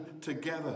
together